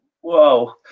whoa